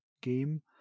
game